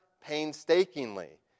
painstakingly